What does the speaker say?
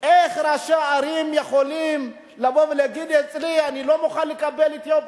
איך ראשי ערים יכולים לבוא ולהגיד: אצלי אני לא מוכן לקבל אתיופים?